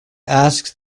ask